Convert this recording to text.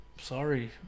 Sorry